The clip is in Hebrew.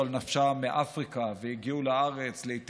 על נפשם מאפריקה והגיעו לארץ חסרי כול,